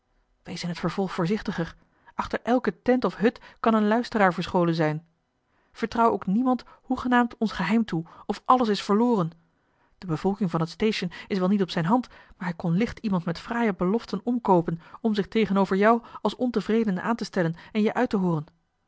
wees in het vervolg voorzichtiger achter elke tent of hut kan een luisteraar verscholen zijn vertrouw ook niemand hoegenaamd ons geheim toe of alles is verloren de bevolking van het station is wel niet op zijne hand maar hij kon licht iemand met fraaie beloften omkoopen om zich tegenover jou als ontevredene aan te stellen en je uit te hooren